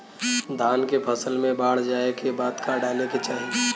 धान के फ़सल मे बाढ़ जाऐं के बाद का डाले के चाही?